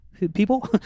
People